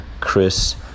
Chris